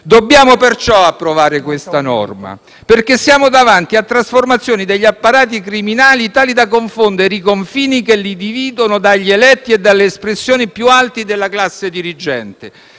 Dobbiamo perciò approvare la norma al nostro esame perché siamo davanti a trasformazioni degli apparati criminali tali da confondere i confini che li dividono dagli eletti e dalle espressioni più alte della classe dirigente.